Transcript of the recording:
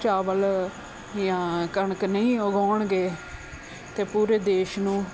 ਚਾਵਲ ਜਾਂ ਕਣਕ ਨਹੀਂ ਉਗਾਉਣਗੇ ਤਾਂ ਪੂਰੇ ਦੇਸ਼ ਨੂੰ